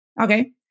Okay